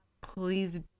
Please